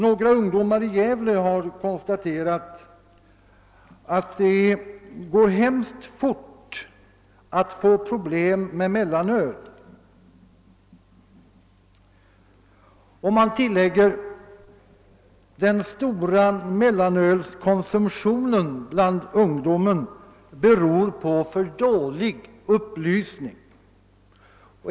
Några ungdomar i Gävle har konstaterat att det går oerhört fort att få problem med mellanöl, och de menar att den stora mellanölskonsumtionen bland ungdomen beror på för dålig upplysning.